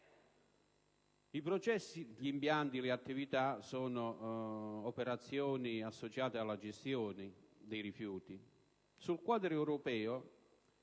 I processi di impianti e le attività sono operazioni associate alla gestione dei rifiuti. Sul quadro europeo